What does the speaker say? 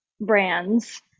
brands